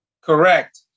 Correct